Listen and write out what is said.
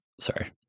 sorry